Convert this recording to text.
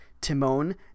Timon